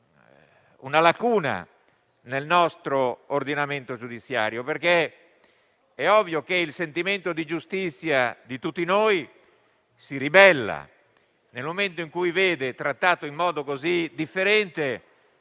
una lacuna nel nostro ordinamento giudiziario, perché è ovvio che il sentimento di giustizia di tutti noi si ribella nel momento in cui vede trattato in modo così differente